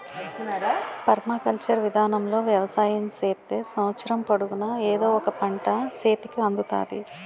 permaculture విధానములో వ్యవసాయం చేత్తే సంవత్సరము పొడుగునా ఎదో ఒక పంట సేతికి అందుతాది